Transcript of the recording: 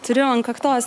turiu ant kaktos